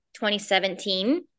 2017